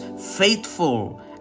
faithful